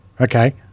okay